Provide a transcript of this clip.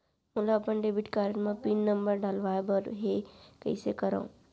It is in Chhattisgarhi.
मोला अपन डेबिट कारड म पिन नंबर डलवाय बर हे कइसे करव?